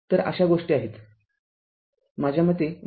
तरअशा गोष्टी आहेत माझ्या मते गोष्टी समजण्यायोग्य आहेत